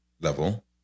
level